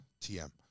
TM